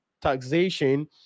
taxation